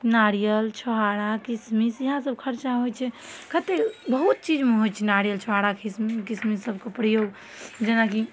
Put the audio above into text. नारियल छोहारा किसमिस इएहसब खरचा होइ छै कतेक बहुत चीजमे होइ छै नारियल छोहारा किसमि किसमिससबके प्रयोग जेनाकि